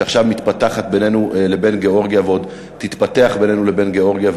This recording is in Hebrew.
ועכשיו מתפתחת בינינו לבין גאורגיה ועוד תתפתח בינינו לבין גאורגיה.